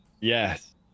yes